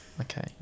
Okay